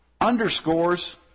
underscores